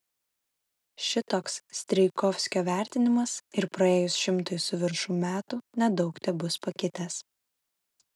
šitoks strijkovskio vertinimas ir praėjus šimtui su viršum metų nedaug tebus pakitęs